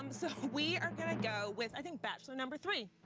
um so we are gonna go with i think bachelor number three.